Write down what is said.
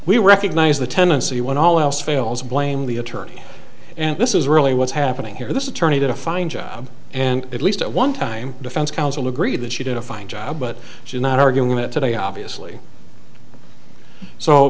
we recognize the tendency when all else fails blame the attorney and this is really what's happening here this attorney did a fine job and at least at one time defense counsel agreed that she did a fine job but she's not arguing that today obviously so